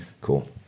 Cool